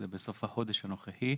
זה בסוף החודש הנוכחי.